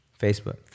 Facebook